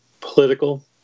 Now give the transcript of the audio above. political